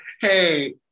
hey